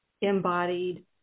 embodied